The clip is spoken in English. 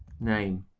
name